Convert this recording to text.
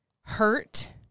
hurt